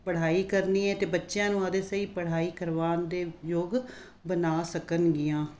ਪੜ੍ਹਾਈ ਕਰਨੀ ਹੈ ਅਤੇ ਬੱਚਿਆਂ ਨੂੰ ਆਪਣੇ ਸਹੀ ਪੜ੍ਹਾਈ ਕਰਵਾਉਣ ਦੇ ਯੋਗ ਬਣਾ ਸਕਣਗੀਆਂ